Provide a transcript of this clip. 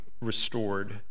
restored